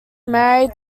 married